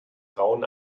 grauen